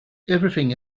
everything